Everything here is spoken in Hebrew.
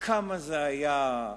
כמה זה היה,